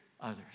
others